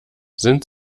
sind